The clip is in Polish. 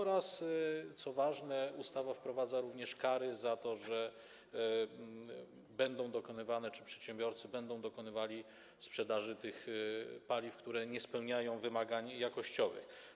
Ustawa, co ważne, wprowadza również kary za to, że będą dokonywane czy że przedsiębiorcy będą dokonywali sprzedaży tych paliw, które nie spełniają wymagań jakościowych.